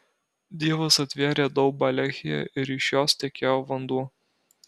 dievas atvėrė daubą lehyje ir iš jos tekėjo vanduo